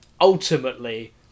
ultimately